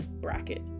bracket